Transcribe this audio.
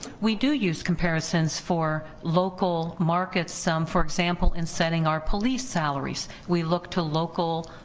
we do use comparisons for local markets, some for example, in setting our police salaries, we look to local